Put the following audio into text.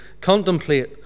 contemplate